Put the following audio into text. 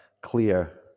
Clear